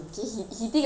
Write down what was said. okay